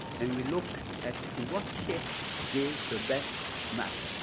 and we look at what shift gave the best math.